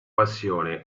passione